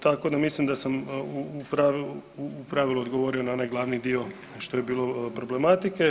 Tako da mislim da sam u pravilu odgovorio na onaj glavni dio što je bilo problematike.